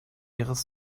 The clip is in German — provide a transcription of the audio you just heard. ihres